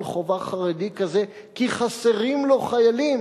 חובה חרדי כזה כי חסרים לו חיילים,